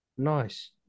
Nice